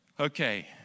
Okay